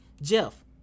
Jeff